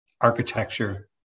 Architecture